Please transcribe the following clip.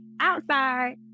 outside